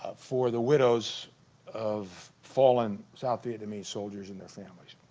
ah for the widows of fallen south vietnamese soldiers and their families